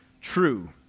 true